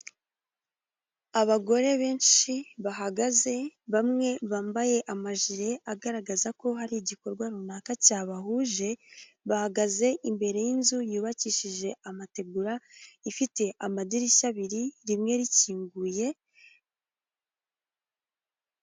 Abagore benshi bahagaze, bamwe bambaye amajile agaragaza ko hari igikorwa runaka cyabahuje, bahagaze imbere y'inzu yubakishije amategura, ifite amadirishya abiri, rimwe rikinguye.